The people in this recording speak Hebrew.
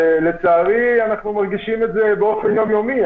לצערי, אנחנו מרגישים את זה באופן יומיומי.